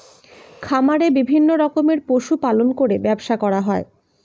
খামারে বিভিন্ন রকমের পশু পালন করে ব্যবসা করা হয়